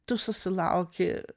tu susilauki